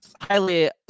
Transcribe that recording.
highly